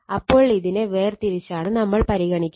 അപ്പോൾ ഇതിനെ വേർ തിരിച്ചാണ് നമ്മൾ പരിഗണിക്കുന്നത്